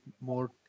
more